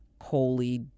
Holy